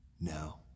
No